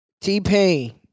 T-Pain